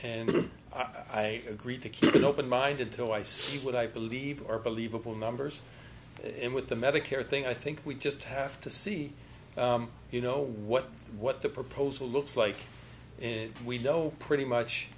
and i've agreed to keep it open minded till i see what i believe are believable numbers in with the medicare thing i think we just have to see you know what what the proposal looks like and we know pretty much